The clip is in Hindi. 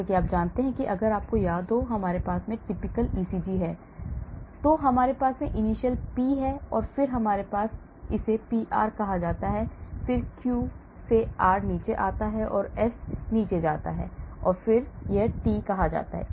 जैसा कि आप जानते हैं कि अगर आपको याद है कि हमारे पास typical ECG है तो हमारे पास initial P है और फिर हमारे पास इसे PR कहा जाता है फिर Q से R नीचे जाता है और फिर से S नीचे जाता है फिर यह है T कहा जाता है